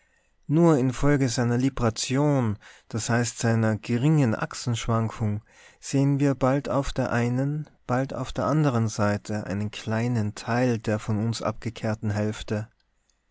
nur infolge seiner libration das heißt seiner geringen axenschwankung sehen wir bald auf der einen bald auf der andern seite einen kleinen teil der von uns abgekehrten hälfte